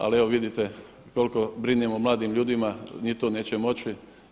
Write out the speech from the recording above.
Ali evo vidite koliko brinemo o mladim ljudima ni to neće moći.